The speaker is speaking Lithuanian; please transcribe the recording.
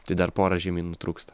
tai dar porą žemyn nutrūksta